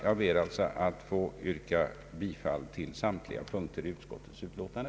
Jag ber att få yrka bifall till samtliga punkter i utskottets utlåtande.